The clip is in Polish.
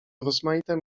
rozmaite